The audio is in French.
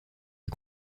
est